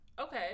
Okay